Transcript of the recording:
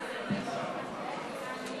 הרווחה והבריאות להכנה לקריאה שנייה ושלישית.